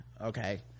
Okay